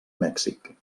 mèxic